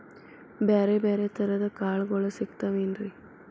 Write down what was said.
ಬ್ಯಾರೆ ಬ್ಯಾರೆ ತರದ್ ಕಾಳಗೊಳು ಸಿಗತಾವೇನ್ರಿ?